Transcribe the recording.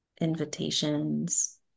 invitations